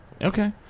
Okay